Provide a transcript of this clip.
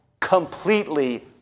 completely